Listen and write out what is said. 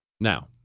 now